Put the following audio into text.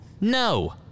No